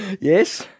Yes